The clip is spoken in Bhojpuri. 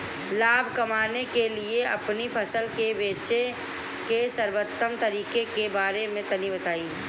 लाभ कमाने के लिए अपनी फसल के बेचे के सर्वोत्तम तरीके के बारे में तनी बताई?